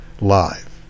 live